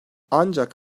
ancak